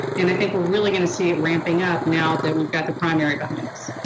and i think we're really gonna see it ramping up now that we've got the primary behind us.